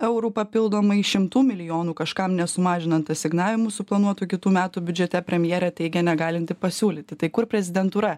eurų papildomai šimtųmilijonų kažkam nesumažinant asignavimų suplanuotų kitų metų biudžete premjerė teigia negalinti pasiūlyti tai kur prezidentūra